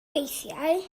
weithiau